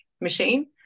machine